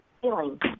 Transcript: feeling